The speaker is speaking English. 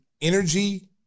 energy